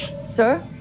Sir